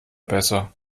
besser